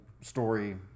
story